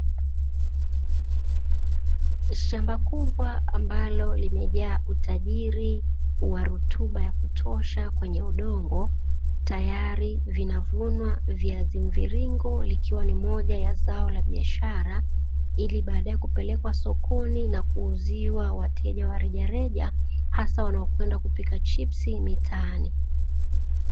Shamba kubwa ambalo limejaa utajiri wa rutuba ya kutosha kwenye udongo tayari vinavunwa viazi mviringo likiwa ni moja ya zao la biashara, ili baada ya kupelekwa sokoni na kuuziwa wateja wa rejareja hasa wanao kwenda kupika chipsi mitaani.